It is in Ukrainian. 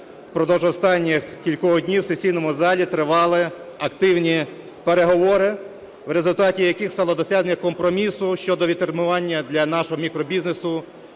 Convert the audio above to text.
впродовж останніх кількох днів у сесійному залі тривали активні переговори, в результаті яких стало досягнення компромісу щодо відтермінування для нашого мікробізнесу